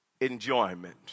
Enjoyment